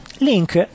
link